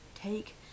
Take